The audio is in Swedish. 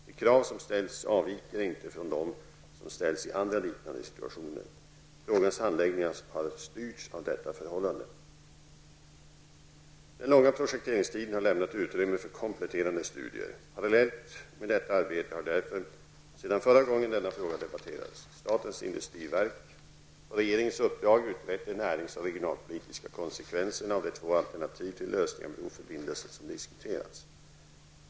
De krav som ställs avviker inte från dem som ställs i andra liknande situationer. Frågans handläggning har styrts av detta förhållande. Den långa projekteringstiden har lämnat utrymme för kompletterande studier. Parallellt med detta arbete har därför, sedan förra gången denna fråga debatterades, statens industriverk på regeringens uppdrag utrett de närings och regionalpolitiska konsekvenserna av de två alternativ till lösning av broförbindelsen som diskuterats.